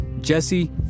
Jesse